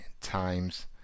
times